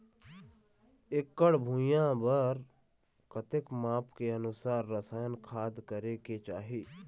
एकड़ भुइयां बार कतेक माप के अनुसार रसायन खाद करें के चाही?